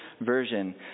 version